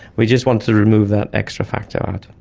we just wanted to remove that extra factor out.